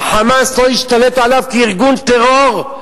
וה"חמאס" לא השתלט עליו כארגון טרור,